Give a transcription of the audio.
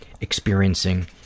experiencing